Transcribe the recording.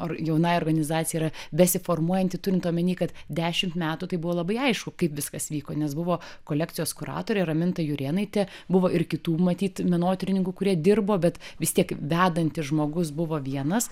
ar jaunai organizacijai yra besiformuojantį turint omeny kad dešimt metų tai buvo labai aišku kaip viskas vyko nes buvo kolekcijos kuratorė raminta jurėnaitė buvo ir kitų matyt menotyrininkų kurie dirbo bet vis tiek vedantis žmogus buvo vienas